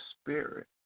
spirit